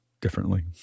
differently